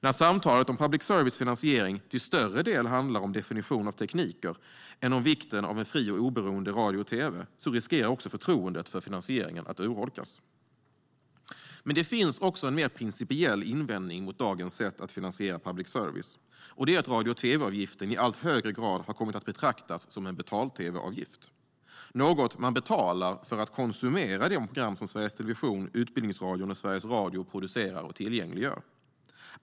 När samtalet om public services finansiering handlar mer om definition av tekniker än om vikten av en fri och oberoende radio och tv riskerar också förtroendet för finansieringen att urholkas. Men det finns också en mer principiell invändning mot dagens sätt att finansiera public service, och det är att radio och tvavgiften i allt högre grad har kommit att betraktas som en betal-tv-avgift, något man betalar för att konsumera de program som Sveriges Television, Utbildningsradion och Sveriges Radio producerar och tillgängliggör.